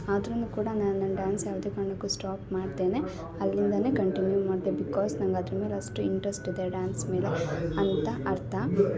ಆದ್ರೂ ಕೂಡ ನಾನು ನನ್ನ ಡ್ಯಾನ್ಸ್ ಯಾವುದೇ ಕಾರಣಕ್ಕೂ ಸ್ಟಾಪ್ ಮಾಡ್ದೇನೆ ಅಲ್ಲಿಂದಲೇ ಕಂಟಿನ್ಯು ಮಾಡ್ದೆ ಬಿಕಾಸ್ ನನಗೆ ಅದ್ರ ಮೇಲೆ ಅಷ್ಟು ಇಂಟ್ರೆಸ್ಟ್ ಇದೆ ಡ್ಯಾನ್ಸ್ ಮೇಲೆ ಅಂತ ಅರ್ಥ